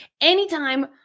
anytime